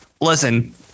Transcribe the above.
Listen